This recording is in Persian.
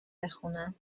بخونم